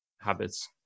habits